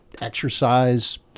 exercise